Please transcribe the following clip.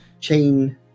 chain